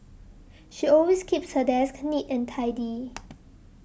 she always keeps her desk neat and tidy